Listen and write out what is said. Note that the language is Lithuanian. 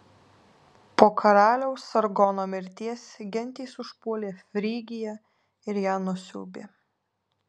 po karaliaus sargono mirties gentys užpuolė frygiją ir ją nusiaubė